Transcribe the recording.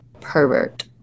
Pervert